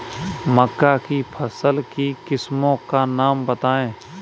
मक्का की फसल की किस्मों का नाम बताइये